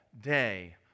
day